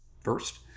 First